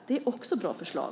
Det är också bra förslag.